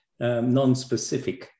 nonspecific